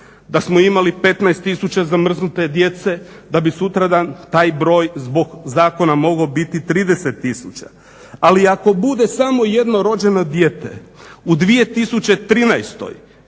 Da smo imali 15 tisuća zamrznute djece da bi sutradan taj broj zbog zakona biti 30 tisuća. Ali ako bude samo jedno rođeno dijete u 2013.više